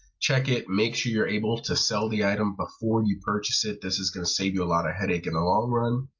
check it, make sure you're able to sell the item before you purchase it, this is going to save you a lot of headache in the long run.